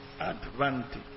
advantage